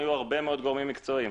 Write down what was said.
היו הרבה מאוד גורמים מקצועיים.